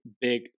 big